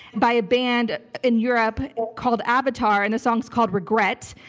by a band in europe called avatar, and the song's called regret,